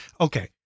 okay